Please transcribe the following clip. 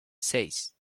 seis